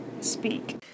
speak